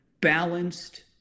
balanced